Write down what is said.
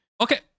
Okay